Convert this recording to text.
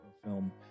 film